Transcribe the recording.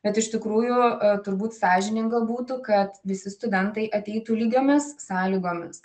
bet iš tikrųjų turbūt sąžininga būtų kad visi studentai ateitų lygiomis sąlygomis